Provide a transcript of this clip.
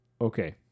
okay